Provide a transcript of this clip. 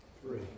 Three